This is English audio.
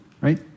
right